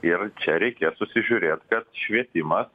ir čia reikės susižiūrėt kad švietimas